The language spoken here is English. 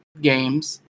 games